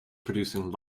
producing